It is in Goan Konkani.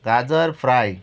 गाजर फ्राय